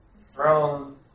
throne